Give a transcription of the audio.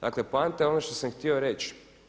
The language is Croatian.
Dakle, poanta je ono što sam htio reći.